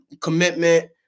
commitment